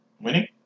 Winning